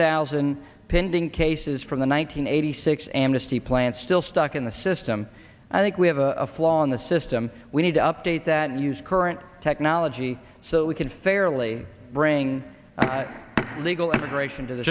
thousand pending cases from the one nine hundred eighty six amnesty plan still stuck in the system i think we have a flaw in the system we need to update that use current technology so we can fairly bring legal immigration to the